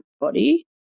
body